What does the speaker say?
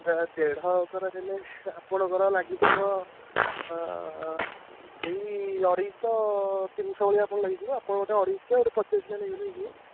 ପ୍ରାୟ ଦେଢ଼ ଏକର ହେଲେ ଆପଣଙ୍କର ଲାଗିଯିବ ସେହି ଅଢ଼େଇଶହ ତିନଶହ ଭଳିଆ ଆପଣଙ୍କ ଲାଗିଯିବ ଆପଣ ଗୋଟେ ଅଢ଼େଇଶହକିଆ ଗୋଟେ ପଚାଶ କିଆ ନେଇଗଲେ ହେଇଯିବ